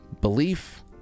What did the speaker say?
Belief